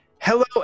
Hello